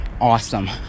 awesome